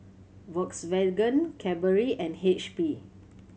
Volkswagen Cadbury and H P